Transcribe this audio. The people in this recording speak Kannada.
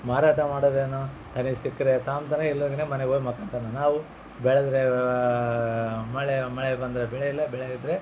ಮಾರಾಟ ಮಾಡೋದೇನು ತನಗ್ ಸಿಕ್ಕರೆ ತಾಂತಾನೆ ಇಲ್ಲ ಅಂದ್ರಗಿನೆ ಮನೆಗೆ ಹೋಗ್ ಮಕ್ಕೊಂತನ ನಾವು ಬೆಳೆದ್ರೇ ಮಳೆ ಮಳೆ ಬಂದರೆ ಬೆಳೆ ಇಲ್ಲ ಬೆಳೆ ಇದ್ರೆ